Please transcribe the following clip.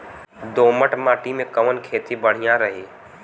दोमट माटी में कवन खेती बढ़िया रही?